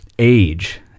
age